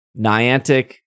niantic